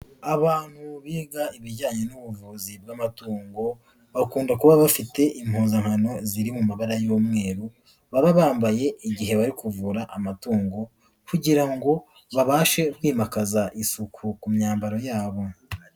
Abantu biga ibijyanye n'ubuvuzi bw'amatungo bakunda kuba bafite impuzankano ziri mu mabara y'umweru baba bambaye igihe bari kuvura amatungo kugira ngo babashe kwimakaza isuku ku myambaro yabo.